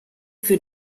für